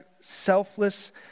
selfless